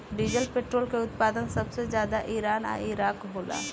diesel petrol के उत्पादन सबसे ज्यादा ईरान आ इराक होला